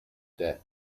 death